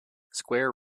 square